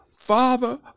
Father